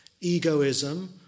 egoism